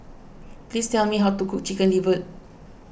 please tell me how to cook Chicken Liver